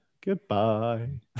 goodbye